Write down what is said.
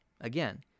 Again